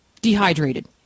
dehydrated